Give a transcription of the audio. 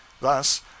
Thus